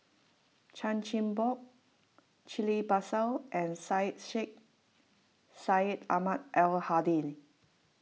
Chan Chin Bock Ghillie Basan and Syed Sheikh Syed Ahmad Al Hadi